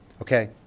Okay